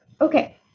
Okay